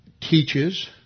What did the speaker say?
teaches